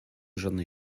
żadnej